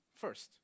first